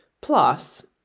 Plus